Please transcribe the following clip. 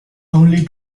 only